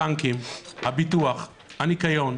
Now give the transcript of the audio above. הבנקים, הביטוח, הניקיון,